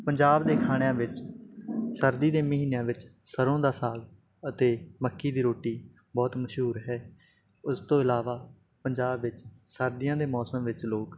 ਪੰਜਾਬ ਦੇ ਖਾਣਿਆਂ ਵਿੱਚ ਸਰਦੀ ਦੇ ਮਹੀਨਿਆਂ ਵਿੱਚ ਸਰੋਂ ਦਾ ਸਾਗ ਅਤੇ ਮੱਕੀ ਦੀ ਰੋਟੀ ਬਹੁਤ ਮਸ਼ਹੂਰ ਹੈ ਉਸ ਤੋਂ ਇਲਾਵਾ ਪੰਜਾਬ ਵਿੱਚ ਸਰਦੀਆਂ ਦੇ ਮੌਸਮ ਵਿੱਚ ਲੋਕ